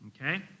okay